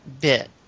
bit